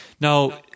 Now